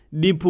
di